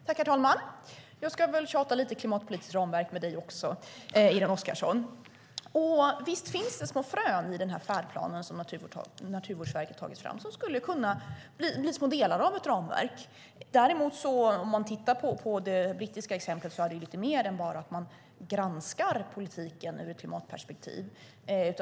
Herr talman! Jag ska väl tjata lite om klimatpolitiskt ramverk med dig också, Irene Oskarsson. Visst finns det små frön i den här färdplanen, som Naturvårdsverket har tagit fram, som skulle kunna bli små delar av ett ramverk. Tittar man däremot på det brittiska exemplet kan man se att det handlar om lite mer än bara om att granska politiken ur ett klimatperspektiv.